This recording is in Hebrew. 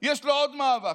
יש לו עוד מאבק.